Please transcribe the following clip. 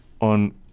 on